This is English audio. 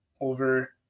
over